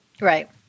Right